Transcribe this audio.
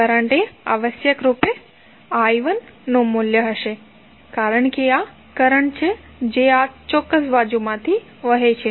current આવશ્યકરૂપે I1 નું મૂલ્ય હશે કારણ કે આ કરંટ છે જે આ ચોક્કસ બાજુથી વહે છે